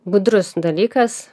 gudrus dalykas